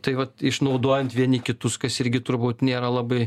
tai vat išnaudojant vieni kitus kas irgi turbūt nėra labai